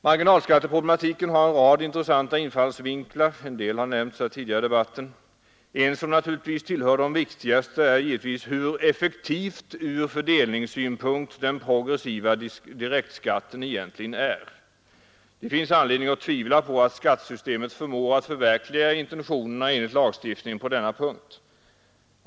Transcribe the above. Marginalskatteproblematiken har en rad intressanta infallsvinklar, och en del har nämnts tidigare under debatten. En som naturligtvis tillhör de viktigaste är frågan om hur effektiv från fördelningssynpunkt den progressiva direktskatten är. Det finns anledning att tvivla på att skattesystemet förmår förverkliga intentionerna enligt lagstiftningen på denna punkt.